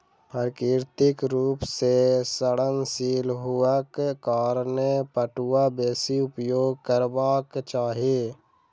प्राकृतिक रूप सॅ सड़नशील हुअक कारणें पटुआ बेसी उपयोग करबाक चाही